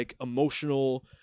emotional